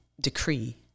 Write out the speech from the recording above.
decree